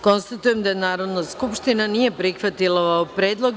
Konstatujem da Narodna skupština nije prihvatila ovaj predlog.